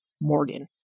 Morgan